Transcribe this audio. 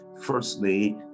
firstly